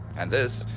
and this